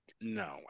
No